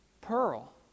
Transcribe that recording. pearl